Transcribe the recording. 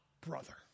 brother